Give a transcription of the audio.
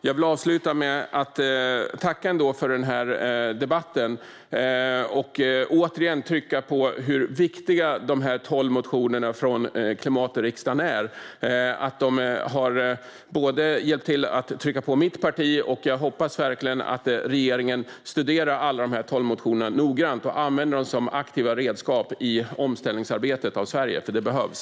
Jag vill avsluta med att tacka för den här debatten och återigen trycka på hur viktiga de tolv motionerna från klimatriksdagen är. De har hjälpt till att trycka på mitt parti, och jag hoppas verkligen att regeringen studerar alla tolv motioner noggrant och använder dem som aktiva redskap i omställningsarbetet av Sverige, för det behövs.